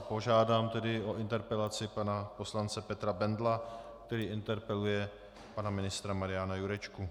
Požádám tedy o interpelaci pana poslance Petra Bendla, který interpeluje pana ministra Mariana Jurečku.